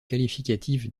qualificatif